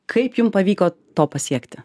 kaip jum pavyko to pasiekti